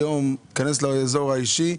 היום צריך להיכנס לאזור האישי.